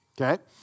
okay